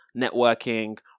networking